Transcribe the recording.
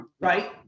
right